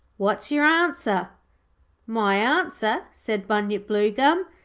what's your answer my answer said bunyip bluegum,